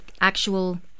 actual